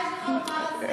מה יש לך לומר על זה,